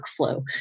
workflow